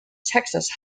texas